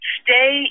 stay